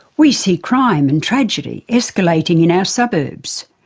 we see crime and tragedy escalating in our suburbs.